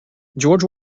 george